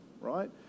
right